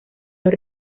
los